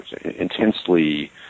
intensely